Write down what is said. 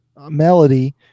melody